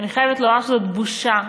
אני חייבת לומר שזאת בושה,